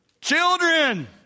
Children